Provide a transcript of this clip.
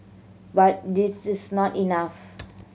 but it is not enough